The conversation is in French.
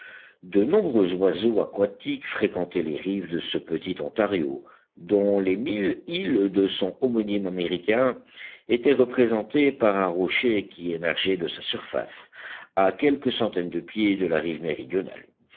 de nombreux oiseaux aquatiques fréquentaient les rives de ce petit ontario dont les mille îles de son homonyme américain étaient représentées par un rocher qui émergeait de sa surface à quelques centaines de pieds de la rive méridionale